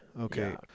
okay